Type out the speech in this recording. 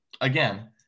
again